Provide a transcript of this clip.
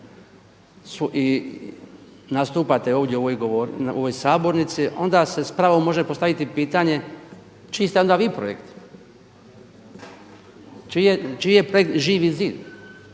i nastupate ovdje u ovoj sabornici onda se s pravom može postaviti pitanje, čiji ste onda vi projekt? Čiji je projekt Živi zid?